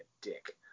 dick